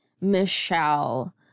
Michelle